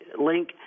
link